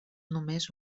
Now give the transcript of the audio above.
només